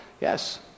Yes